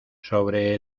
sobre